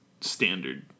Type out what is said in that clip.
standard